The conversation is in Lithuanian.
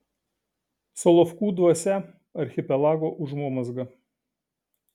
solovkų dvasia archipelago užuomazga